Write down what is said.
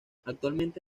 actualmente